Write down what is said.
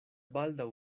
baldaŭ